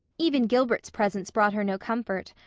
even gilbert's presence brought her no comfort,